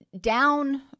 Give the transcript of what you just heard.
down